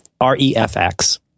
REFX